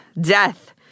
death